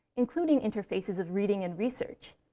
including interfaces of reading and research.